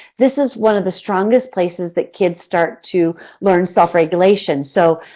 this is one of the strongest places that kids start to learn self-regulation. so,